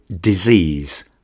disease